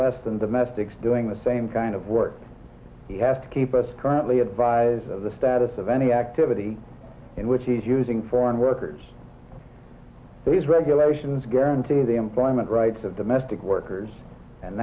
less than domestics doing the same kind of work he has to keep us currently advised of the status of any activity in which he's using foreign workers these regulations guarantee the employment rights of domestic workers and